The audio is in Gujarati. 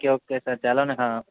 ઓકે ઓકે સર ચાલોને હા